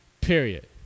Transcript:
Period